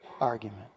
argument